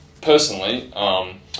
personally